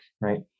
right